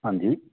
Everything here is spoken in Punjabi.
ਹਾਂਜੀ